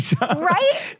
Right